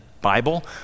Bible